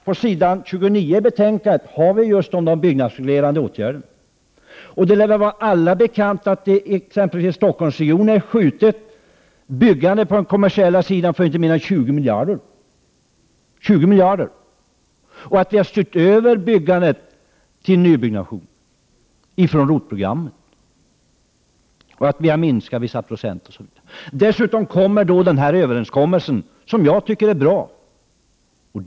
På s. 29 i betänkandet skriver vi om de byggnadsreglerande åtgärderna. Det lär väl vara allom bekant att t.ex. i Stockholmsregionen byggande på den kommersiella sidan för inte mindre än 20 miljarder kronor har uppskjutits, att vi har styrt över byggandet till nybyggnation från ROT-programmet, att vi har minskat med vissa procent osv. Dessutom tillkommer den här överenskommelsen, som jag tycker är bra.